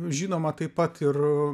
žinoma taip pat ir